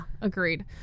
agreed